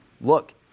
Look